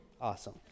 Awesome